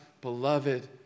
beloved